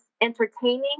entertaining